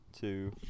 two